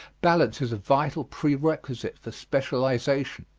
balance is a vital prerequisite for specialization.